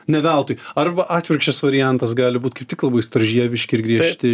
ne veltui arba atvirkščias variantas gali būt kaip tik labai storžieviški ir griežti